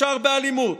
ישר באלימות.